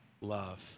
love